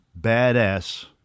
badass